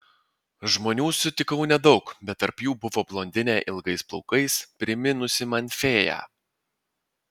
žmonių sutikau nedaug bet tarp jų buvo blondinė ilgais plaukais priminusi man fėją